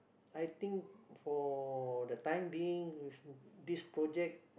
I think for the time being this project